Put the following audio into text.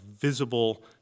visible